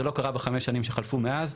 זה לא קרה ב-5 שנים שחלפו מאז.